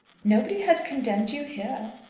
nobody has condemned you here.